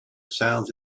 sounds